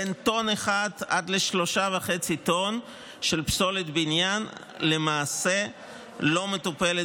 בין טונה ל-3.5 טונות של פסולת בניין למעשה לא מטופלת